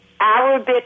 Arabic